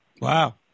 Wow